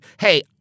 hey